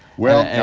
well,